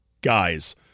guys